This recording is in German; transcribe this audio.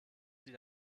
sie